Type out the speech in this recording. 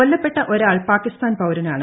കൊല്ലപ്പെട്ട ഒരാൾ പാകിസ്ഥാൻ പൌരനാണ്